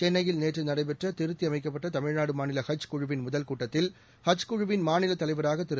சென்னையில் நேற்று நடைபெற்ற திருத்தியமைக்கப்பட்ட தமிழ்நாடு மாநில ஹஜ் குழுவின் முதல் கூட்டத்தில் ஹஜ் குழுவின் மாநிலத் தலைவராக திரு